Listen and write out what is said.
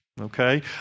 Okay